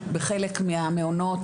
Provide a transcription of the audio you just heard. בחלק מהמעונות,